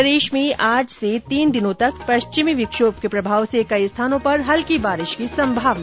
प्रदेश में आज से तीन दिनों तक पश्चिमी विक्षोभ के प्रभाव से कई स्थानों पर हल्की बारिश की संभावना